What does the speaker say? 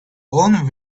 own